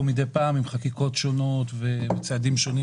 פעם בחקיקות שונות וצעדים שונים,